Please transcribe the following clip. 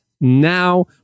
now